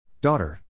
Daughter